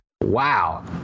wow